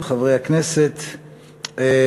חברי הכנסת,